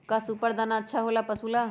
का सुपर दाना अच्छा हो ला पशु ला?